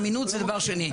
אמינות זה דבר שני.